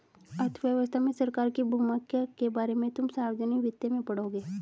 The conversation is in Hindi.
अर्थव्यवस्था में सरकार की भूमिका के बारे में तुम सार्वजनिक वित्त में पढ़ोगे